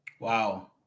Wow